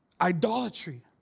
idolatry